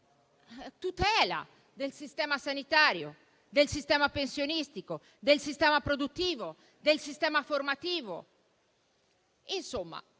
tutela del sistema sanitario, del sistema pensionistico, del sistema produttivo, del sistema formativo.